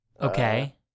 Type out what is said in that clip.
Okay